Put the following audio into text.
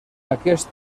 aquest